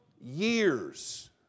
years